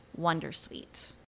Wondersuite